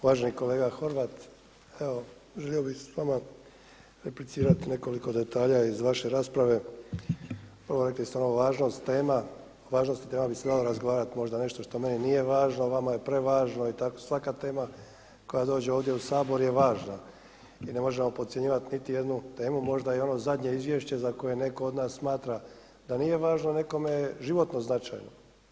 Uvaženi kolega Horvat, evo želio bih s vama replicirati nekoliko detalja iz vaše rasprave, prvo rekli ste ova važnost tema, o važnosti tema, bi se dalo razgovarati možda nešto što meni nije važno a vama je prevažno i tako, svaka tema koja dođe ovdje u Sabor je važna i ne možemo podcjenjivati niti jednu temu, možda je i ono zadnje izvješće za koje netko od nas smatra da nije važno a nekome je životno značajno.